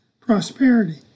Prosperity